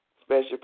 Special